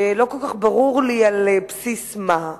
ולא כל כך ברור לי על בסיס מה,